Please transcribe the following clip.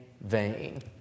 vain